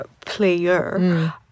player